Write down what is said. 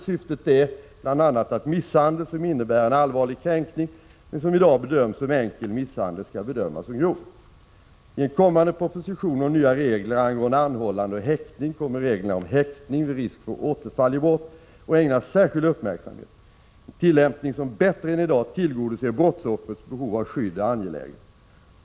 Syftet är bl.a. att misshandel som innebär en allvarlig kränkning men som i dag bedöms som enkel misshandel skall bedömas som grov. I en kommande proposition om nya regler angående anhållande och häktning kommer reglerna om häktning vid risk för återfall i brott att ägnas särskild uppmärksamhet. En tillämpning som bättre än i dag tillgodoser brottsoffrets behov av skydd är angelägen.